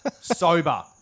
sober